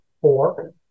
four